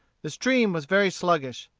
the stream was very sluggish.